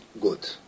good